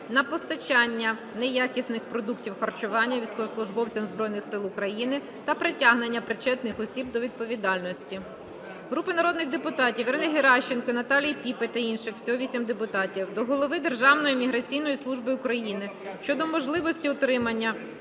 на постачання неякісних продуктів харчування військовослужбовцям Збройних Сил України та притягнення причетних осіб до відповідальності. Групи народних депутатів (Ірини Геращенко, Наталії Піпи та інших. Всього 8 депутатів) до Голови Державної міграційної служби України щодо можливості отримання